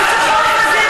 מה את רוצה עוד לספח?